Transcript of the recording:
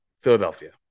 Philadelphia